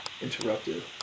Interrupted